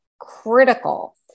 critical